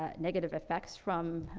ah negative effects from,